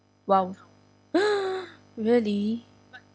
!wow! really